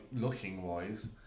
looking-wise